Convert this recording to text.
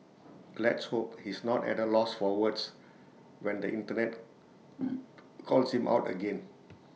let's hope he's not at A loss for words when the Internet calls him out again